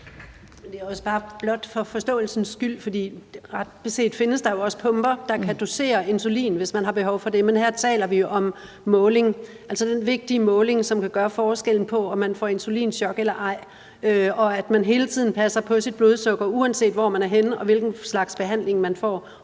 Det er også blot for forståelsens skyld, for ret beset findes der jo også pumper, der kan dosere insulin, hvis man har behov for det. Men her taler vi om måling, altså den vigtige måling, som kan være forskellen på, om man får insulinchok eller ej, og vi taler om, at man hele tiden passer på sit blodsukker, uanset hvor man er henne, og uanset hvilken slags behandling man får,